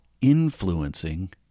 influencing